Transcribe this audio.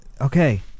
Okay